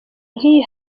nk’iyi